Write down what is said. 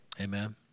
Amen